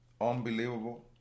unbelievable